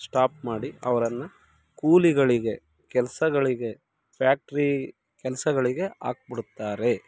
stop ಮಾಡಿ ಅವರನ್ನು ಕೂಲಿಗಳಿಗೆ ಕೆಲಸಗಳಿಗೆ ಫ್ಯಾಕ್ಟ್ರಿ ಕೆಲಸಗಳಿಗೆ ಹಾಕ್ಬಿಡ್ತಾರೆ